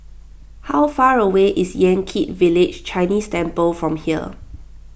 how far away is Yan Kit Village Chinese Temple from here